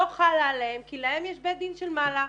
לא חל עליהם כי להם יש בית דין של מעלה.